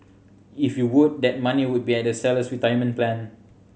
if you would that money will be at the seller's retirement plan